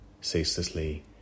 ceaselessly